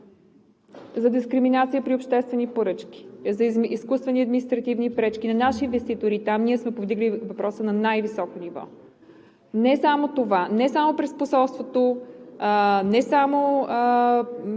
за дискриминация на обществени поръчки и за изкуствени административни пречки на наши инвеститори, ние сме повдигали въпроса на най-високо ниво – не само през посолството, не само